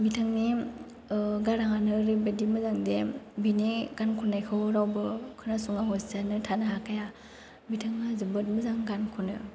बिथांनि गाराङानो ओरैबायदि मोजां दे बिनि गान खन्नायखौ रावबो खोनासङा हसियानो थानो हाखाया बिथाङा जोबोर मोजां गान खनो